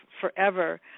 forever